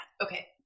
Okay